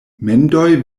mendoj